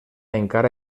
encara